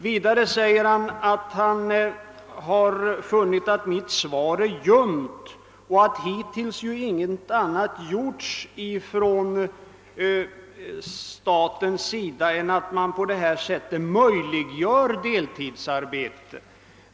Vidare säger herr Wennerfors att han har funnit att mitt svar är ljumt och att hittills ingenting annat gjorts från statens sida än att man möjliggjort deltidsarbete.